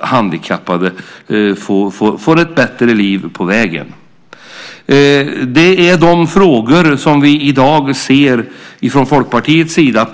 Handikappade kan då få ett bättre liv på vägen. Det här var de frågor som vi i dag ser från Folkpartiets sida.